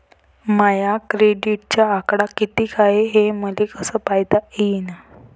माया क्रेडिटचा आकडा कितीक हाय हे मले कस पायता येईन?